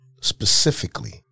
specifically